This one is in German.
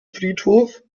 friedhof